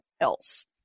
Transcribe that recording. else